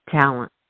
talent